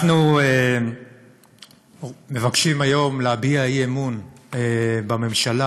אנחנו מבקשים היום להביע אי-אמון בממשלה,